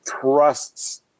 trusts